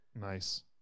Nice